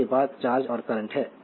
इसके बाद चार्ज और करंट है